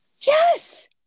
Yes